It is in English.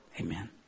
Amen